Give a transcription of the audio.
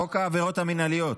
חוק העבירות המינהליות.